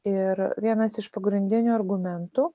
ir vienas iš pagrindinių argumentų